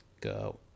Go